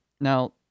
Now